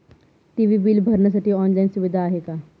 TV bill भरण्यासाठी online सुविधा आहे का?